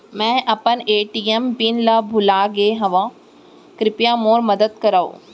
मै अपन ATM pin ला भूलागे हव, कृपया मोर मदद करव